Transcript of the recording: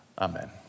Amen